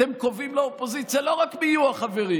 אתם קובעים לאופוזיציה לא רק מי יהיו החברים.